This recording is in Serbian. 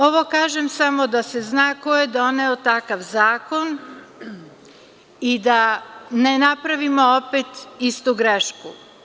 Ovo kažem samo da se zna ko je doneo takav zakon i da ne napravimo opet istu grešku.